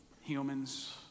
humans